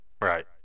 Right